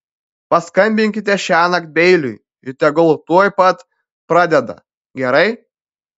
paskambinkite šiąnakt beiliui ir tegul tuoj pat pradeda gerai